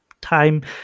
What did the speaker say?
time